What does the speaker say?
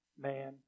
man